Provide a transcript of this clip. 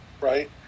right